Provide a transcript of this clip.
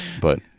But-